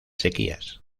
sequías